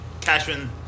Cashman